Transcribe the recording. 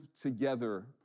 together